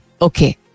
okay